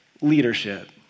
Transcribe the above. leadership